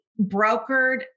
brokered